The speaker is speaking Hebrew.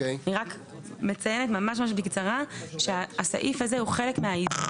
אני רק מציינת ממש בקצרה שהסעיף הזה הוא חלק מהעדכון